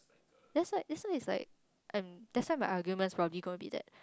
that's why that's why it's like um that's why my arguments probably gonna be that